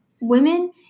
Women